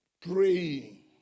praying